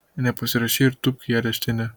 nepasirašei ir tūpk į areštinę